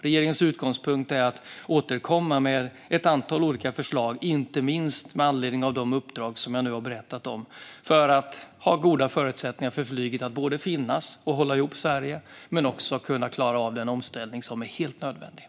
Regeringens utgångspunkt är att återkomma med ett antal olika förslag, inte minst med anledning av de uppdrag jag har berättat om, för att ge flyget goda förutsättningar att finnas och hålla ihop Sverige men också att klara den helt nödvändiga omställningen.